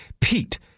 Pete